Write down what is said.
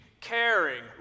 caring